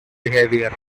behavior